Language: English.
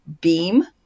beam